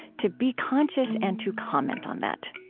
to be conscious and to comment on that